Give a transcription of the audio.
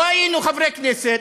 לא היינו חברי כנסת,